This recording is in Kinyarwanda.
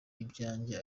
ibyanjye